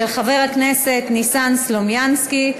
של חבר הכנסת ניסן סלומינסקי.